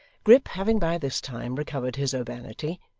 grip having by this time recovered his urbanity,